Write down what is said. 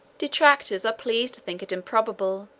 detractors are pleased to think it improbable,